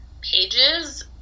pages